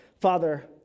Father